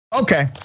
Okay